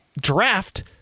draft